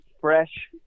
fresh